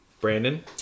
Brandon